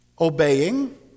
Obeying